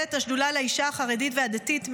מנהלת השדולה לאישה החרדית והדתית,